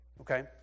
okay